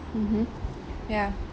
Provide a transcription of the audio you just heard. mmhmm ya